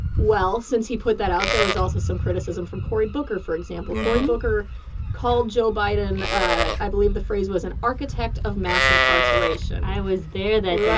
well, since he put that out, there was also some criticism from cory booker, for example. cory booker called joe biden ah i believe the phrase was an architect of mass incarceration i was there that yeah